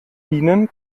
ihnen